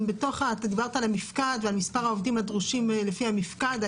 את דיברת על המפקד ועל מספר העובדים הדרושים לפי המפקד,